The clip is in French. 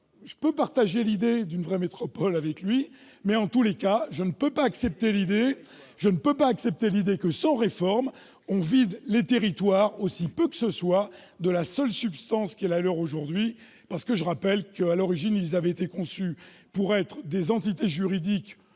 Je peux partager l'idée d'une vraie métropole avec lui, mais en tout cas, je ne peux pas accepter l'idée que, sans réforme, on vide les territoires de la seule substance qui est la leur aujourd'hui. Je rappelle que, à l'origine, ils avaient été conçus pour être des entités sans